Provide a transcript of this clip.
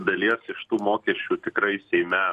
dalies iš tų mokesčių tikrai seime